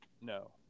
No